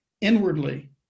inwardly